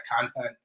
content